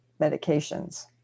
medications